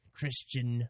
Christian